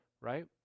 Right